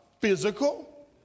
Physical